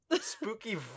Spooky